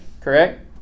Correct